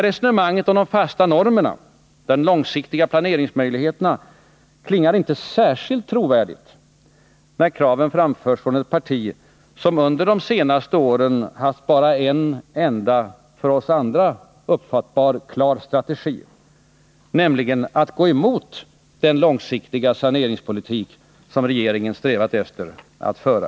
Resonemanget om de fasta normerna och de långsiktiga planeringsmöjligheterna klingar emellertid inte särskilt trovärdigt, när kraven framförs från ett parti som under de senaste åren bara haft en enda för oss andra uppfattbar, klar strategi, nämligen att gå emot den långsiktiga saneringspolitik som regeringen strävat efter att föra.